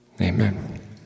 Amen